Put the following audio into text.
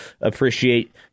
appreciate